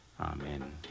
Amen